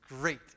great